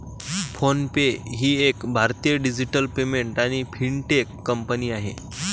phone पे ही एक भारतीय डिजिटल पेमेंट आणि फिनटेक कंपनी आहे